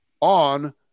on